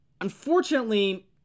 unfortunately